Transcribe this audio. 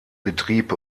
betrieb